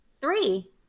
Three